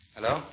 Hello